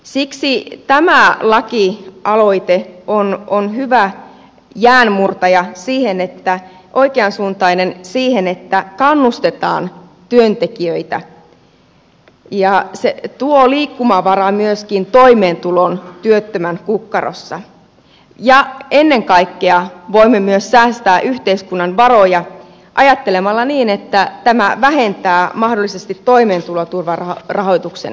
siksi tämä lakialoite on hyvä jäänmurtaja siinä oikeansuuntainen siinä että kannustetaan työntekijöitä ja se tuo liikkumavaraa myöskin toimeentuloon työttömän kukkarossa ja ennen kaikkea voimme myös säästää yhteiskunnan varoja ajattelemalla niin että tämä vähentää mahdollisesti toimeentuloturvarahoituksen tarvetta